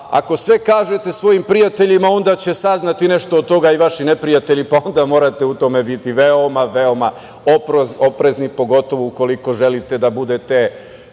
ako sve kažete svojim prijateljima onda će saznati nešto od toga i vaši neprijatelji, pa onda morate u tome biti veoma, veoma oprezni, pogotovo ako želite da budete